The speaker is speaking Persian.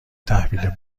تحویل